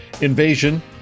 invasion